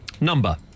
number